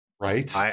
right